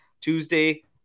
Tuesday